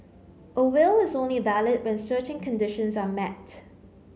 a will is only valid when certain conditions are met